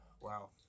Wow